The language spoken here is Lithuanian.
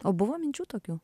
o buvo minčių tokių